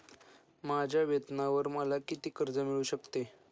माझ्या वेतनावर मला किती कर्ज मिळू शकते?